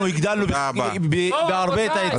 אנחנו הגדלנו בהרבה את ההיצע.